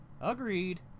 Agreed